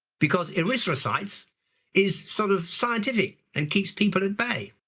because erythrocytes is sort of scientific and keeps people at bay.